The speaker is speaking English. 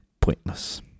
pointless